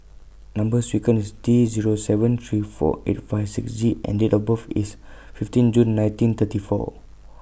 Number sequence IS T Zero seven three four eight five six Z and Date of birth IS fifteen June nineteen thirty four